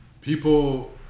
People